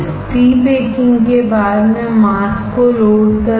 pre baking के बाद मैं मास्क को लोड करूंगा